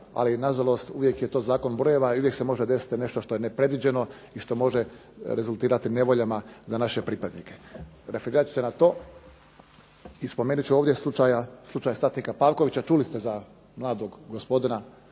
ali na žalost uvijek je to zakon brojeva i uvijek se može desiti nešto što je nepredviđeno i što može rezultirati nevoljama za naše pripadnike. Referirat ću se na to i spomenuti ću slučaj gospodina satnika Pavkovića, čuli ste za mladog gospodina,